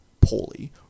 poorly